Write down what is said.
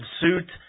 suit